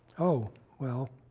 oh, well